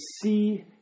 see